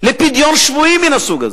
לפדיון שבויים מן הסוג הזה.